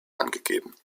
angegeben